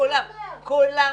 כולם אלימים.